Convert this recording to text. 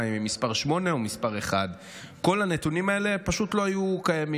אם מס' 8 או מס' 1. כל הנתונים האלה פשוט לא היו קיימים.